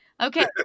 Okay